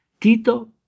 Tito